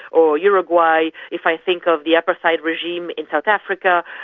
or uruguay, if i think of the apartheid regime in south africa,